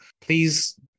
please